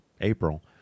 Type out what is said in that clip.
April